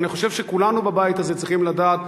אבל אני חושב שכולנו בבית הזה צריכים לדעת